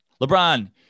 LeBron